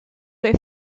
they